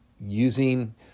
using